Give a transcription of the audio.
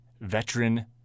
veteran